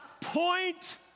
point